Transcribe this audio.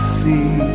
see